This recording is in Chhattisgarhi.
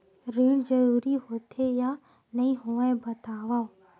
ऋण जरूरी होथे या नहीं होवाए बतावव?